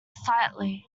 slightly